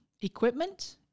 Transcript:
equipment